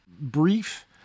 brief